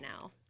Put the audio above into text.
now